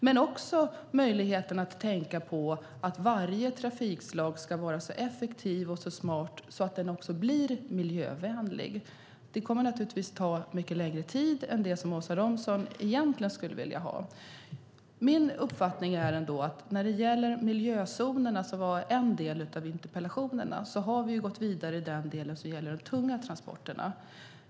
Man har nu möjlighet att tänka på att varje trafikslag ska vara så effektivt och smart att det också blir miljövänligt, men det kommer naturligtvis att ta mycket längre tid än det som Åsa Romson egentligen skulle vilja ha. Min uppfattning är att när det gäller miljözonerna, som var en del av interpellationerna, har vi gått vidare i den del som gäller de tunga transporterna.